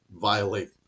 violate